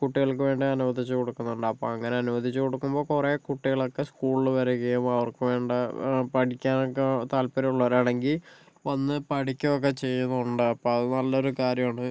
കുട്ടികൾക്ക് വേണ്ടി അനുവദിച്ചു കൊടുക്കുന്നുണ്ട് അപ്പോൾ അങ്ങനെ അനുവദിച്ചു കൊടുക്കുമ്പോൾ കുറെ കുട്ടികളൊക്കെ സ്കൂളില് വരികയും അവർക്ക് വേണ്ട പഠിക്കാൻ ഒക്കെ താല്പര്യമുള്ളവരാണെങ്കിൽ വന്നു പഠിക്കുകയൊക്കെ ചെയ്യുന്നുണ്ട് അപ്പോൾ അത് നല്ലൊരു കാര്യമാണ്